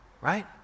right